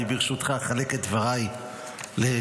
אני ברשותך אחלק את דבריי לשלושה.